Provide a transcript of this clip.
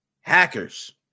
hackers